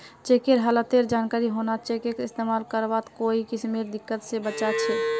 चेकेर हालतेर जानकारी होना चेकक इस्तेमाल करवात कोई किस्मेर दिक्कत से बचा छे